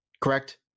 correct